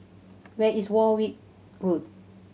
where is Warwick Road